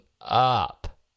up